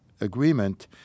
agreement